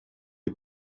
les